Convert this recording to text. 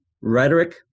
rhetoric